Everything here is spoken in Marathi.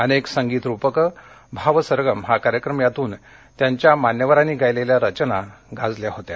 अनेक संगीत रुपकं भावसरगम हा कार्यक्रम यातून त्यांच्यामान्यवरांनी गायलेल्या रचना गाजल्या होत्या